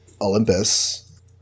olympus